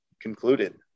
concluded